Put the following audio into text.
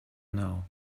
now